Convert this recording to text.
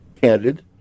candid